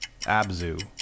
abzu